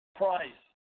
price